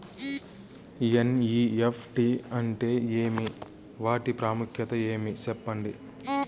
NEFT అంటే ఏమి వాటి ప్రాముఖ్యత ఏమి? సెప్పండి?